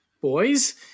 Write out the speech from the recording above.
boys